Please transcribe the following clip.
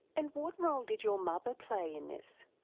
and what role did your mother play in this?